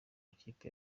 ikipe